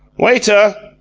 waiter!